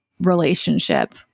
relationship